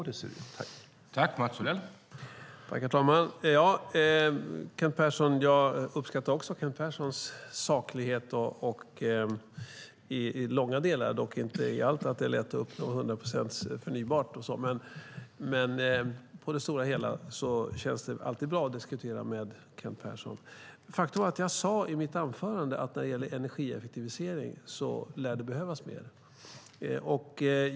Herr talman! Jag uppskattar också Kent Perssons saklighet i långa delar - dock inte i allt, till exempel när det gäller att det är lätt att uppnå 100 procent förnybart. Men på det stora hela känns det alltid bra att diskutera med Kent Persson. Faktum är att jag sade i mitt anförande att det lär behövas mer när det gäller energieffektivisering.